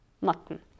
mutton